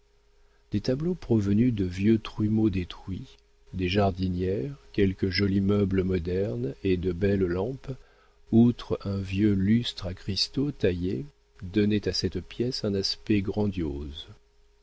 des tableaux provenus de vieux trumeaux détruits des jardinières quelques jolis meubles modernes et de belles lampes outre un vieux lustre à cristaux taillés donnaient à cette pièce un aspect grandiose